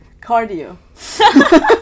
Cardio